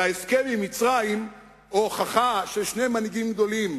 וההסכם עם מצרים הוא הוכחה של שני מנהיגים גדולים,